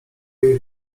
jej